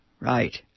right